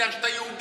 בגלל שאתה יהודי.